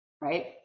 right